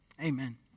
Amen